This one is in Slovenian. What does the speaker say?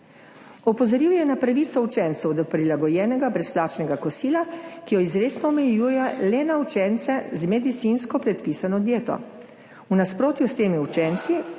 Opozoril je na pravico učencev do prilagojenega brezplačnega kosila, ki jo izrecno omejuje le na učence z medicinsko predpisano dieto, v nasprotju s temi učenci